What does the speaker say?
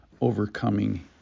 Overcoming